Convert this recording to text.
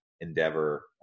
endeavor